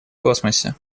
космосе